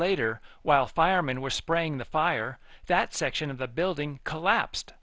later while firemen were spraying the fire that section of the building collapsed